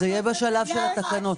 זה יהיה בשלב של תקנות.